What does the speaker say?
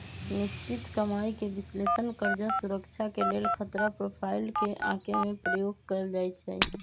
निश्चित कमाइके विश्लेषण कर्जा सुरक्षा के लेल खतरा प्रोफाइल के आके में प्रयोग कएल जाइ छै